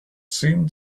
seemed